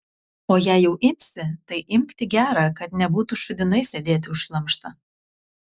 o jei jau imsi tai imk tik gerą kad nebūtų šūdinai sėdėti už šlamštą